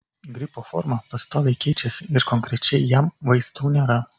gripo forma pastoviai keičiasi ir konkrečiai jam vaistų nėra